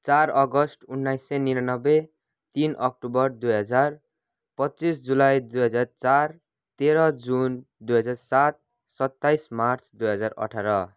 चार अगस्त उन्नाइस सय निनानब्बे तिन अक्टोबर दुई हजार पच्चिस जुलाई दुई हजार चार तेह्र जुन दुई हजार सात सत्ताइस मार्च दुई हजार अठार